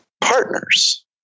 partners